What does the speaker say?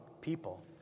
people